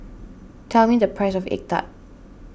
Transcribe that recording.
tell me the price of Egg Tart